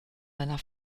seiner